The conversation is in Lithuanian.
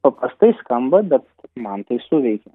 paprastai skamba bet man tai suveikia